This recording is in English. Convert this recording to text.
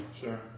Sure